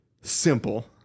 Simple